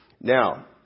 Now